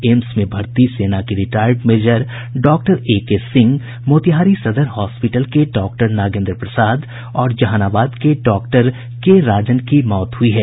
AIIMS में भर्ती सेना से retired major doctor A K Singh Motihari सदर हॉस्पीटल के डॉक्टर नागेन्द्र प्रसाद और जहानाबाद के डॉक्टर के राजन की मौत हुई है